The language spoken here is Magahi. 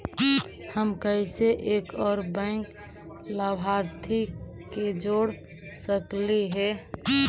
हम कैसे एक और बैंक लाभार्थी के जोड़ सकली हे?